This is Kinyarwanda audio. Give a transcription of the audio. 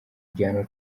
igihano